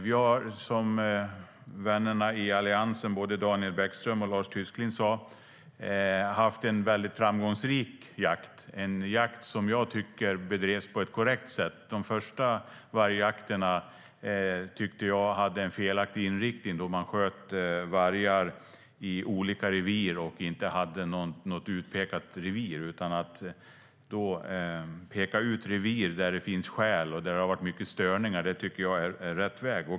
Vi har, som vännerna i Alliansen Daniel Bäckström och Lars Tysklind sa, haft en väldigt framgångsrik jakt, en jakt som jag tycker bedrevs på ett korrekt sätt. De första vargjakterna tyckte jag hade en felaktig inriktning, då man sköt vargar i olika revir och inte hade något utpekat revir. Att peka ut revir där det finns skäl och har varit mycket störningar tycker jag är rätt väg.